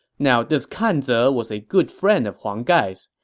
now, this kan ze was a good friend of huang gai's.